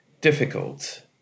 difficult